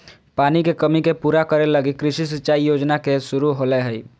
पानी के कमी के पूरा करे लगी कृषि सिंचाई योजना के शुरू होलय हइ